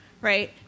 right